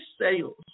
sales